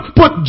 put